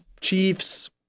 Chiefs